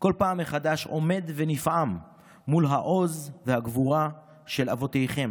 כל פעם מחדש עומד נפעם מול העוז והגבורה של אבותיכם